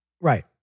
Right